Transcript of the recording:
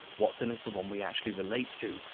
watson is the one we actually relate to.